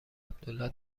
عبدالله